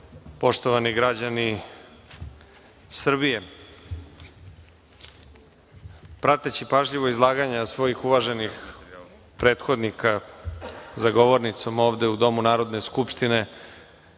poštovani građani Srbije, prateći pažljivo izlaganja svojih uvaženih prethodnika za govornicom ovde u Domu Narodne skupštine